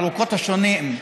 ארוכות השנים,